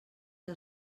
que